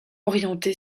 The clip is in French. orientée